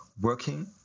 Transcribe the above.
working